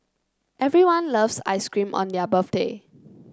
everyone loves ice cream on their birthday